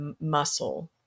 muscle